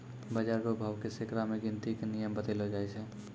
बाजार रो भाव के सैकड़ा मे गिनती के नियम बतैलो जाय छै